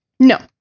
No